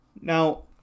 Now